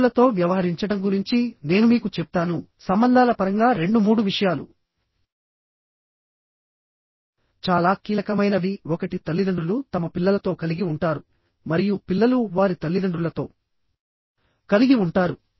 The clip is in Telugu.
ఇతరులతో వ్యవహరించడం గురించి నేను మీకు చెప్తాను సంబంధాల పరంగా రెండు మూడు విషయాలు చాలా కీలకమైనవి ఒకటి తల్లిదండ్రులు తమ పిల్లలతో కలిగి ఉంటారు మరియు పిల్లలు వారి తల్లిదండ్రులతో కలిగి ఉంటారు